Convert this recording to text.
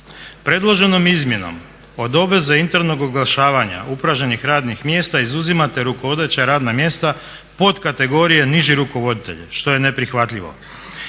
Predloženom izmjenom od obveze internog oglašavanja upražnjenih radnih mjesta izuzimate rukovodeća radna mjesta pod kategorije niži rukovoditelj što je neprihvatljivo